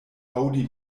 aŭdi